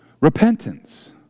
Repentance